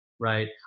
Right